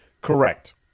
Correct